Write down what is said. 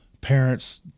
parents